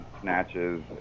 snatches